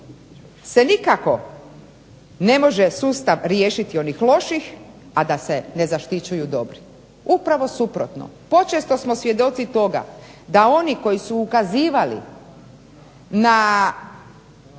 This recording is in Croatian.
se nikako ne može sustav riješiti onih loših, a da se ne zaštićuju dobri. Upravo suprotno, počesto smo svjedoci toga da oni koji su ukazivali na